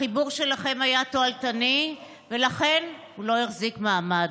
החיבור שלכם היה תועלתני, ולכן הוא לא החזיק מעמד.